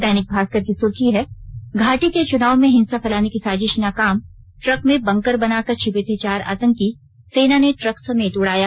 दैनिक भास्कर की सुर्खी है घाटी के चुनाव में हिंसा फैलाने की साजिश नाकाम ट्रक में बंकर बनाकर छिपे थे चार आतंकी सेना ने ट्रक समेत उड़ाया